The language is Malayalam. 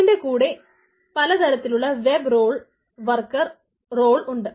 അതിന്റെ കൂടെ പലതരത്തിലുള്ള വെബ് റോൾ വർക്കർ റോൾ ഉണ്ട്